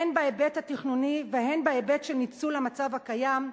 הן בהיבט התכנוני והן בהיבט של ניצול המצב הקיים,